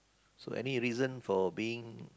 so any reason for being